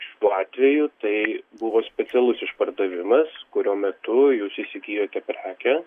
šituo atveju tai buvo specialus išpardavimas kurio metu jūs įsigijote prekę